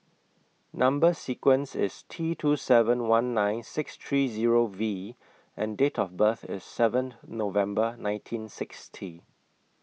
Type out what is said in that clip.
Number sequence IS T two seven one nine six three Zero V and Date of birth IS seven November nineteen sixty